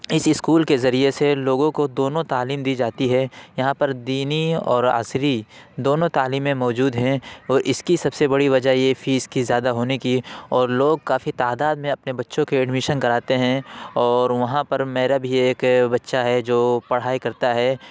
اس school کے ذریعے سے لوگوں کو دونوں تعلیم دی جاتی ہے یہاں پر دینی اور عصری دونوں تعلیمیں موجود ہیں اور اس کی سب سے بڑی وجہ یہ فیس کی زیادہ ہونے کی اور لوگ کافی تعداد میں اپنے بچوں کے ایڈمیشن کراتے ہیں اور وہاں پر میرا بھی ایک بچہ ہے جو پڑھائی کرتا ہے